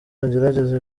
agerageza